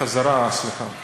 על החזרה, סליחה.